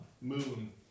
Moon